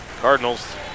Cardinals